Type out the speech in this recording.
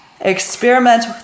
Experiment